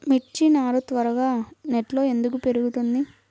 మిర్చి నారు త్వరగా నెట్లో ఎందుకు పెరుగుతుంది?